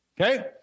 okay